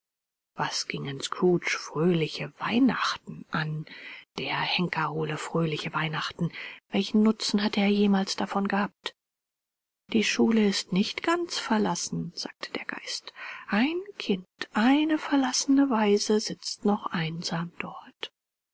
was gingen scrooge fröhliche weihnachten an der henker hole fröhliche weihnachten welchen nutzen hatte er jemals davon gehabt die schule ist nicht ganz verlassen sagte der geist ein kind eine verlassene waise sitzt noch einsam dort